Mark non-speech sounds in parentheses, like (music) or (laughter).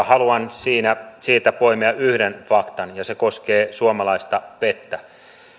(unintelligible) haluan siitä poimia yhden faktan ja se koskee suomalaista vettä